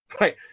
right